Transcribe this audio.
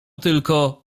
tylko